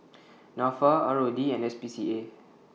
Nafa R O D and S P C A